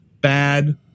bad